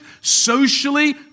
socially